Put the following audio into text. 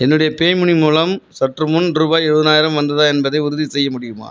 என்னுடைய பேயூமனி மூலம் சற்றுமுன் ரூபாய் எழுபதனாயிரம் வந்ததா என்பதை உறுதி செய்ய முடியுமா